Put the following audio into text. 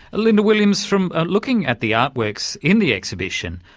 linda williams, from looking at the artworks in the exhibition,